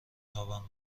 تاپم